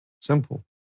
Simple